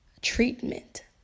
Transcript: treatment